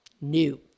New